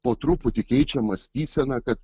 po truputį keičia mąstyseną kad